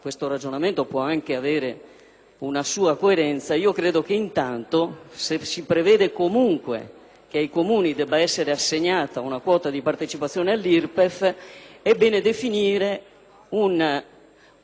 questo ragionamento può avere una sua coerenza; se però si prevede che ai Comuni debba essere assegnata una quota di partecipazione all'IRPEF, è bene definirne una